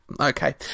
Okay